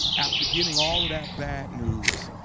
after getting all of that bad news,